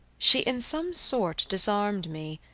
she in some sort disarmed me,